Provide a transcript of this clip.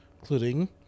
Including